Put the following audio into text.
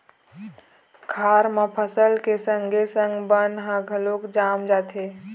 खार म फसल के संगे संग बन ह घलोक जाम जाथे